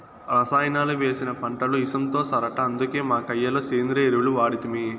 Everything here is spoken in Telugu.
రసాయనాలు వేసిన పంటలు ఇసంతో సరట అందుకే మా కయ్య లో సేంద్రియ ఎరువులు వాడితిమి